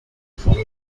forma